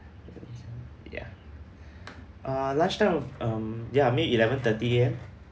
ya uh lunchtime of um ya maybe eleven thirty A_M